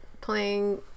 playing